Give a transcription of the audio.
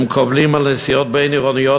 הם קובלים על נסיעות בין-עירוניות